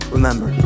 Remember